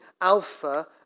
Alpha